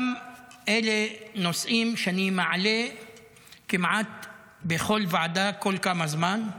אלה אותם נושאים שאני מעלה כמעט בכל ועדה כל כמה זמן.